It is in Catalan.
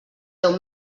deu